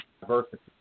diversity